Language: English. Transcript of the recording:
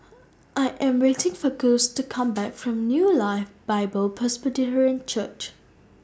I Am waiting For Gus to Come Back from New Life Bible Presbyterian Church